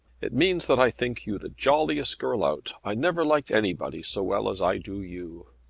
it means that i think you the jolliest girl out. i never liked anybody so well as i do you.